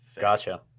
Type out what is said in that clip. Gotcha